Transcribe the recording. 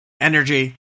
energy